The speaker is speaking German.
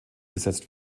gesetzt